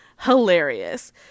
hilarious